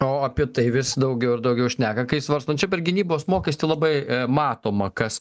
o apie tai vis daugiau ir daugiau šneka kai svarstom čia per gynybos mokestį labai matoma kas